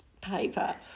paper